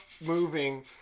moving